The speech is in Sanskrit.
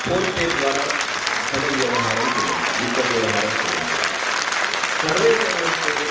फ़ोन् पे द्वारा धनव्यवहारं कुर्वन्ति वित्तव्यवहारं कुर्वन्ति सर्वेषां हस्ते